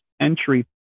entry